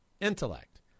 intellect